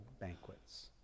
banquets